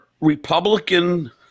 Republican